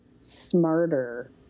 smarter